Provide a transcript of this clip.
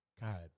God